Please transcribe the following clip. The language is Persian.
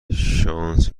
شانس